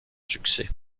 succès